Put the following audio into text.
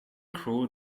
crew